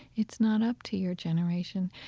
it's not up to your generation.